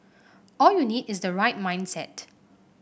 all you need is the right mindset